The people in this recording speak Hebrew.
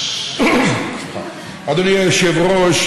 אדוני היושב-ראש,